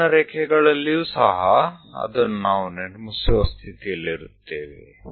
ಕೆಳಗಿನ ರೇಖೆಗಳಲ್ಲಿಯೂ ಸಹ ಅದನ್ನು ನಾವು ನಿರ್ಮಿಸುವ ಸ್ಥಿತಿಯಲ್ಲಿರುತ್ತೇವೆ